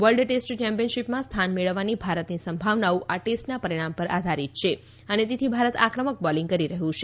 world test ચેમ્પિયનશિપમાં સ્થાન મેળવવાની ભારતની સંભાવનાઓ આ ટેસ્ટના પરિણામ પર આધારીત છે અને તેથી ભારત આક્રમક બોલિંગ કરી રહયું છે